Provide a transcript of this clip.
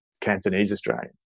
Cantonese-Australian